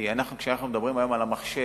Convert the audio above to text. כי כשאנחנו מדברים היום על המחשב,